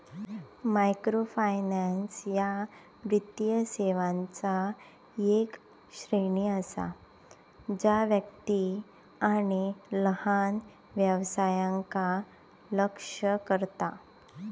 microfinance ह्या वित्तीय सेवांचा येक श्रेणी असा जा व्यक्ती आणि लहान व्यवसायांका लक्ष्य करता